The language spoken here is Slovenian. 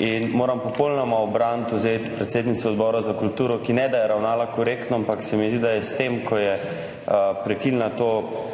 in moram popolnoma ubraniti predsednico Odbora za kulturo. Ne le, da je ravnala korektno, ampak se mi zdi, da je s tem, ko je prekinila tisto